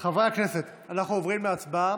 חברי הכנסת, אנחנו עוברים להצבעה.